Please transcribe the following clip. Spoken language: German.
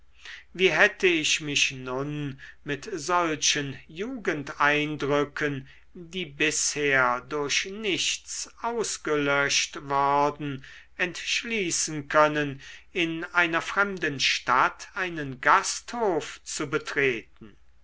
wie hätte ich mich nun mit solchen jugendeindrücken die bisher durch nichts ausgelöscht worden entschließen können in einer fremden stadt einen gasthof zu betreten